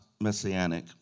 messianic